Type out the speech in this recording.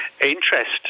interest